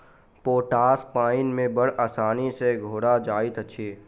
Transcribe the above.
potash पाइन मे बड़ आसानी सॅ घोरा जाइत अछि